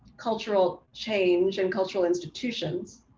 cultural change and cultural institutions.